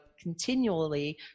continually